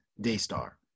Daystar